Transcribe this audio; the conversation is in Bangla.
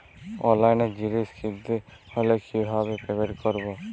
অনলাইনে জিনিস কিনতে হলে কিভাবে পেমেন্ট করবো?